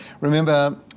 Remember